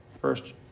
First